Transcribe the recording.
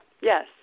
Yes